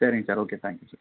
சரிங்க sir okay thank you sir